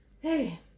hey